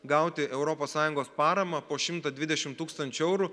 gauti europos sąjungos paramą po šimtą dvidešimt tūkstančių eurų